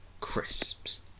Crisps